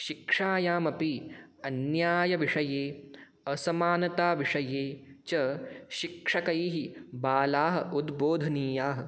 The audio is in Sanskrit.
शिक्षायामपि अन्यायविषये असमानताविषये च शिक्षकैः बालाः उद्बोधनीयाः